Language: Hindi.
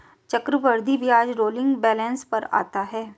चक्रवृद्धि ब्याज रोलिंग बैलन्स पर आता है